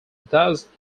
thus